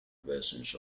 versions